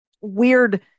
weird